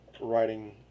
writing